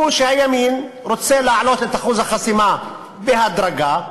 הוא שהימין רוצה להעלות את אחוז החסימה בהדרגה,